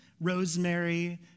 rosemary